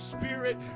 Spirit